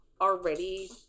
already